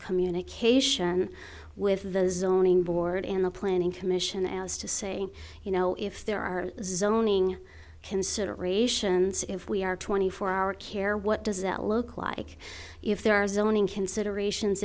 communication with the zoning board in the planning commission as to say you know if there are zoning considerations if we are twenty four hour care what does that look like if there are a zoning considerations